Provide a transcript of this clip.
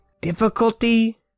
Difficulty